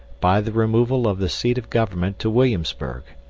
by the removal of the seat of government to williamsburg.